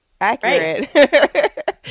accurate